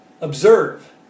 Observe